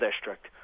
district